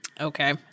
okay